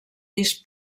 vist